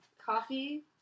coffee